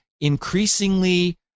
increasingly